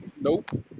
Nope